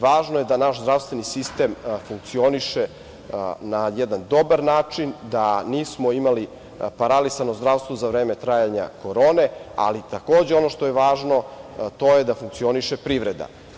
Važno je da naš zdravstveni sistem funkcioniše na jedan dobar način, da nismo imali paralisano zdravstvo za vreme trajanja korone, ali takođe ono što je važno, to je da funkcioniše privreda.